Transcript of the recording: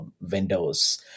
Windows